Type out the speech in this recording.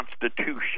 Constitution